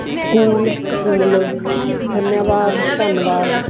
school school ਧੰਨੇਵਾਦ ਧੰਨਵਾਦ